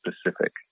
specific